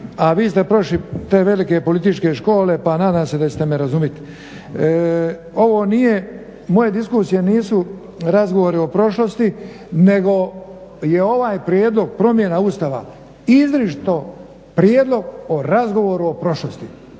a vi ste prošli te velike političke škole pa nadam se da ćete me razumjeti. Ovo nije, moje diskusije nisu razgovori o prošlosti nego je ovaj prijedlog promjena Ustava izričito prijedlog o razgovoru o prošlosti,